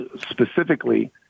specifically